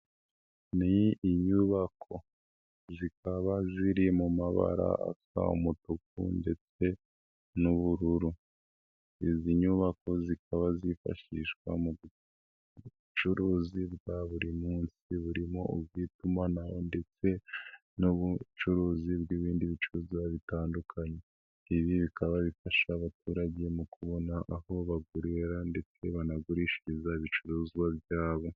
Ni inyubako zikaba ziri mu mabara asa umutuku ndetse n'ubururu, izi nyubako zikaba zifashishwa mu bu bucuruzi bwa buri munsi, burimo ubw'itumanaho, ndetse n'ubucuruzi bw'ibindi bicuruzwa bitandukanye. Ibi bikaba bifasha abaturage, mu kubona aho bagurira ndetse banagurishiriza ibicuruzwa byabo.